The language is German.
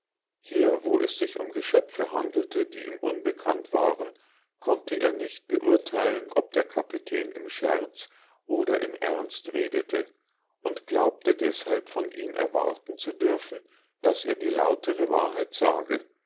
hier wo es sich um geschöpfe handelte die ihm unbekannt waren konnte er nicht beurteilen ob der kapitän im scherz oder im ernst redete und glaubte deshalb von ihm erwarten zu dürfen daß er die lautere wahrheit sage